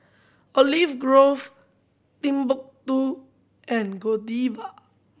Olive Grove Timbuk Two and Godiva